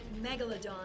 Megalodon